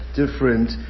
different